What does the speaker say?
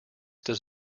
does